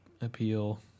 appeal